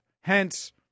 Hence